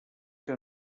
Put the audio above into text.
que